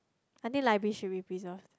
I think library should be preserved